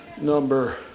number